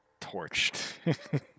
torched